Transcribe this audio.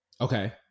Okay